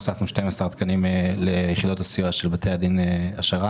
הוספנו 12 תקנים ליחידות הסיוע של בתי הדין השרעים,